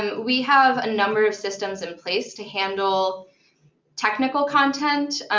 um we have a number of systems in place to handle technical content,